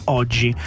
oggi